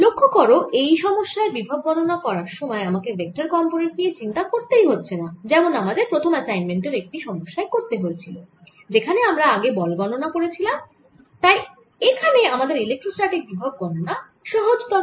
লক্ষ্য করো এই সমস্যায় বিভব গণনা করার সময় আমাকে ভেক্টর কম্পোনেন্ট নিয়ে চিন্তা করতেই হচ্ছে না যেমন আমাদের প্রথম অ্যাসাইনমেন্ট এর একটি সমস্যায় করতে হয়েছিল যেখানে আমরা আগে বল গণনা করেছিলাম তাই এখানে আমাদের ইলেক্ট্রোস্ট্যাটিক বিভব গণনা সহজতর